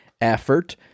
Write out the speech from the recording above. effort